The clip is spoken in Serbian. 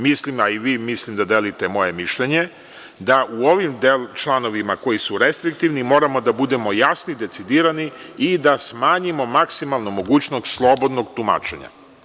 Mislim, a mislim da i vi delite moje mišljenje, da u ovim članovima koji su restriktivni moramo da budemo jasni, decidirani i da smanjimo maksimalno mogućnost slobodnog tumačenja.